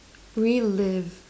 relive